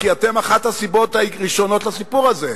כי אתם אחת הסיבות הראשונות לסיפור הזה,